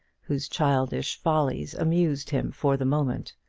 whose childish follies amused him for the moment.